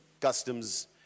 customs